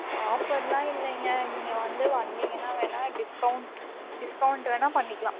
ஆஃபரெலாம் இல்லைங்க நீங்கள் வந்து வந்தீங்கன்னால் வேணால் டிஸ்கௌண்ட் டிஸ்கௌண்ட் வேணால் பண்ணிக்கலாம்